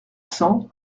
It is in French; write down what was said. cent